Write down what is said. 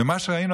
ומה שראינו,